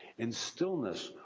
in stillness,